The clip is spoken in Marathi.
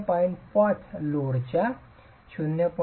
5 लोडवरील लोडच्या 0